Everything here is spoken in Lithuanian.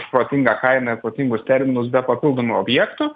už protingą kainą ir protingus terminus be papildomų objektų